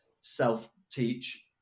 self-teach